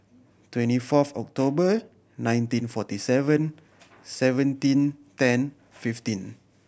twenty fourth October nineteen forty seven seventeen ten fifteen